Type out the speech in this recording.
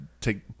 take